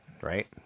right